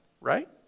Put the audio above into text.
right